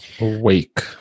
Awake